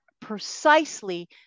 precisely